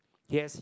he has